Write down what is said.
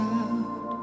out